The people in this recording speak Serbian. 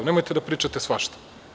Nemojte da pričate svašta.